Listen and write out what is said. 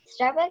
Starbucks